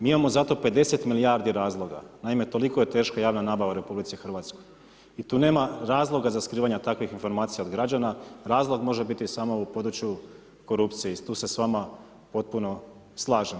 Mi imamo za to 50 milijardi razloga, naime toliko je teška javna nabava u RH i tu nema razloga za skrivanje takvih informacija od građana, razlog može biti samo u području korupcije i tu se s vama potpuno slažem.